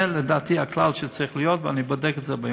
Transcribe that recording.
זה לדעתי הכלל שצריך להיות, ואני בודק את זה.